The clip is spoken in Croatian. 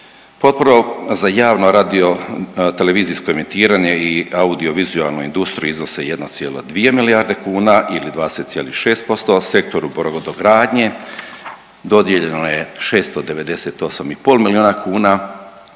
Potpora za javno radiotelevizijsko emitiranje i audiovizualnu industriju iznose 1,2 milijarde kuna ili 20,6%, sektoru brodogradnje dodijeljeno je 698,5 milijuna kuna,